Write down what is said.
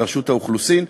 ברשות האוכלוסין,